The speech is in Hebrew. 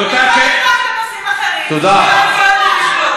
אתה יכול לפנות לנושאים אחרים, הוא לא שר החוץ.